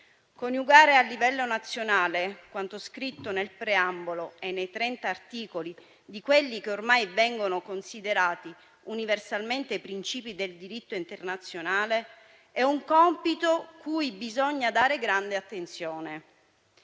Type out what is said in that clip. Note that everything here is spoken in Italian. Coniugare al livello nazionale quanto scritto nel preambolo e nei 30 articoli di quelli che ormai vengono considerati universalmente principi del diritto internazionale è un compito cui bisogna dare grande attenzione,